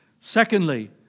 Secondly